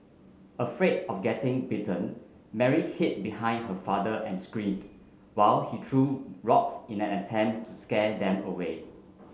afraid of getting bitten Mary hid behind her father and screamed while he threw rocks in an attempt to scare them away